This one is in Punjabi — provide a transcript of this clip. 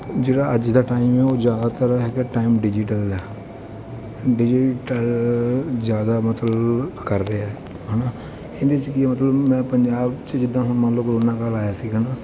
ਜਿਹੜਾ ਅੱਜ ਦਾ ਟਾਈਮ ਹੈ ਉਹ ਜ਼ਿਆਦਾਤਰ ਹੈਗਾ ਟਾਈਮ ਡਿਜੀਟਲ ਆ ਡਿਜੀਟਲ ਜ਼ਿਆਦਾ ਮਤਲਬ ਕਰ ਰਿਹਾ ਹੈ ਨਾ ਇਹਦੇ 'ਚ ਕੀ ਹੈ ਮਤਲਬ ਮੈਂ ਪੰਜਾਬ 'ਚ ਜਿੱਦਾਂ ਹੁਣ ਮੰਨ ਲਓ ਕਰੋਨਾ ਕਾਲ ਆਇਆ ਸੀਗਾ ਨਾ